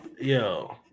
Yo